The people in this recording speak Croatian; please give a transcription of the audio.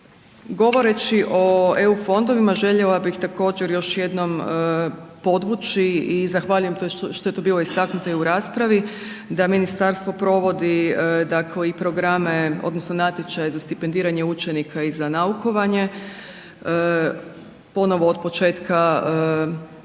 Govoreći o EU fondovima, željela bih također još jednom povući i zahvaljujem što je to bilo istaknuto i u raspravi, da ministarstvo provodi programe odnosno natječaje za stipendiranje učenika i za naukovanje, ponovno od početka rada